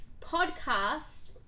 podcast